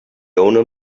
owner